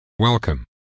Welcome